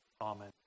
Amen